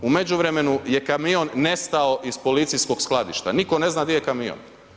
U međuvremenu je kamion nestao iz policijskog skladišta, nitko ne zna gdje je kamion.